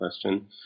question